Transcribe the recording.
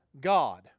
God